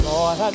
Lord